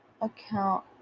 account